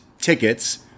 tickets